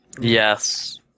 Yes